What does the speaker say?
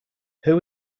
who